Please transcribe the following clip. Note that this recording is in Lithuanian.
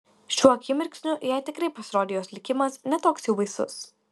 šiuo akimirksniu jai tikrai pasirodė jos likimas ne toks jau baisus